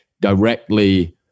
directly